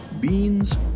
Beans